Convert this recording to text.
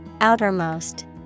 Outermost